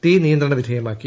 തീ നിയന്ത്രണവിധേയമാക്കി